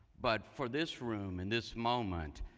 but for this room, in this moment,